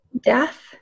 death